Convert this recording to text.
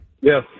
Yes